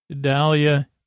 Dahlia